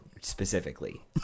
specifically